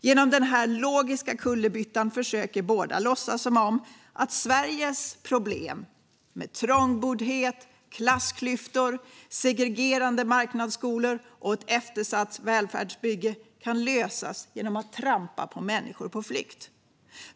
Genom denna logiska kullerbytta försöker båda låtsas som att Sveriges problem med trångboddhet, klassklyftor, segregerande marknadsskolor och ett eftersatt välfärdsbygge kan lösas genom att trampa på människor på flykt.